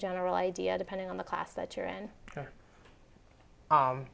general idea depending on the class that you're in